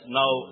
now